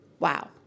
Wow